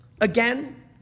Again